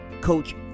coach